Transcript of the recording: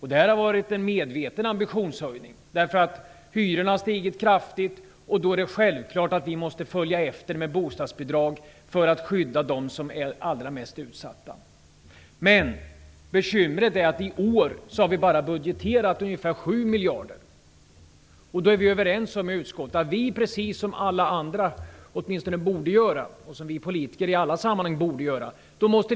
Det har varit en medveten ambitionshöjning. Hyran har stigit kraftigt, och det är självklart att vi måste följa efter med bostadsbidrag för att skydda dem som är allra mest utsatta. Bekymret är dock att vi i år har budgeterat bara ungefär 7 miljarder. Vi är i utskottet överens om att vi måste rätta mun efter matsäcken, precis som alla andra inklusive vi politiker i alla sammanhang borde göra.